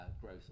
growth